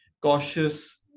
cautious